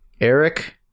eric